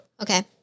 Okay